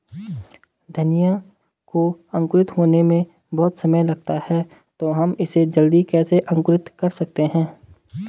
धनिया को अंकुरित होने में बहुत समय लगता है तो हम इसे जल्दी कैसे अंकुरित कर सकते हैं?